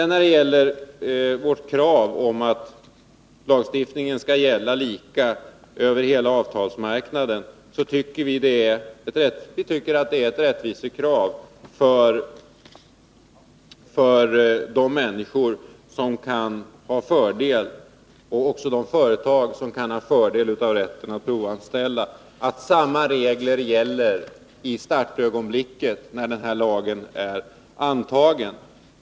När det gäller vårt krav att lagstiftningen skall gälla lika över hela avtalsmarknaden tycker vi att det är ett rättvisekrav för de människor och de företag som kan ha fördel av rätten att provanställa att samma regler gäller i startögonblicket, då lagen blir antagen.